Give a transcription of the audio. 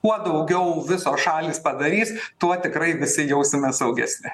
kuo daugiau visos šalys padarys tuo tikrai visi jausimės saugesni